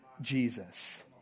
Jesus